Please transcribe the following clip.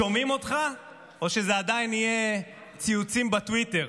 שומעים אותך או שזה עדיין ציוצים בטוויטר?